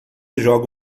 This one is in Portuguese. joga